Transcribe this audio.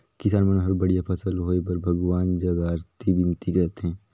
किसान मन हर बड़िया फसल होए बर भगवान जग अरती बिनती करथे